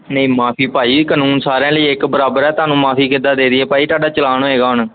ਨਹੀਂ ਮੁਆਫ਼ੀ ਭਾਅ ਜੀ ਕਾਨੂੰਨ ਸਾਰਿਆਂ ਲਈ ਇੱਕ ਬਰਾਬਰ ਆ ਤੁਹਾਨੂੰ ਮੁਆਫ਼ੀ ਕਿੱਦਾਂ ਦੇ ਦੇਈਏ ਭਾਅ ਜੀ ਤੁਹਾਡਾ ਚਲਾਨ ਹੋਏਗਾ ਹੁਣ